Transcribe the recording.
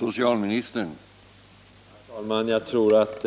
Herr talman! Jag tror att